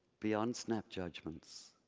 beyond snap judgements,